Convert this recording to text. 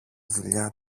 δουλειά